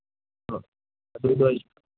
ꯑ ꯑꯗꯨ ꯅꯣꯏ